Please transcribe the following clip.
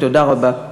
תודה רבה.